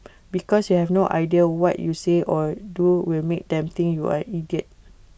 because you have no idea what you say or do will make them think you're an idiot